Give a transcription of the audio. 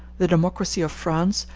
the democracy of france,